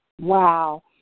Wow